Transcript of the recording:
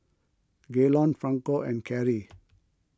Gaylon Franco and Carrie